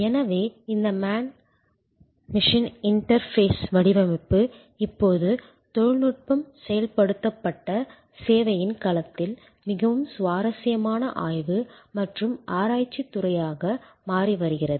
எனவே இந்த man machine interface வடிவமைப்பு இப்போது தொழில்நுட்பம் செயல்படுத்தப்பட்ட சேவையின் களத்தில் மிகவும் சுவாரஸ்யமான ஆய்வு மற்றும் ஆராய்ச்சித் துறையாக மாறி வருகிறது